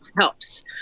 helps